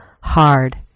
Hard